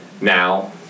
now